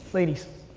ladies.